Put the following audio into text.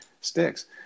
sticks